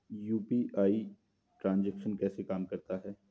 UPI transaction कैसे काम करता है?